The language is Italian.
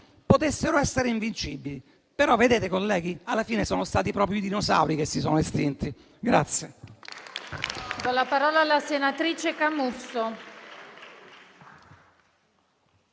potessero essere invincibili. Però vedete, colleghi, alla fine sono stati proprio i dinosauri che si sono estinti.